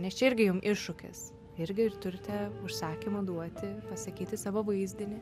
nes čia irgi jum iššūkis irgi ir turite užsakymą duoti pasakyti savo vaizdinį